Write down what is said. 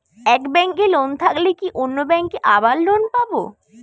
এক ব্যাঙ্কে লোন থাকলে কি অন্য ব্যাঙ্কে আবার লোন পাব?